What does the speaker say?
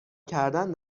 کردن